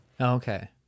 Okay